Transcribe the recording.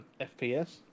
FPS